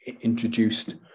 introduced